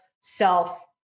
self